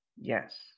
Yes